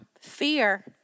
fear